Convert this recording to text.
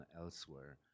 elsewhere